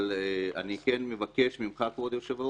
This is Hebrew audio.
אבל אני כן מבקש ממך, כבוד היושב-ראש,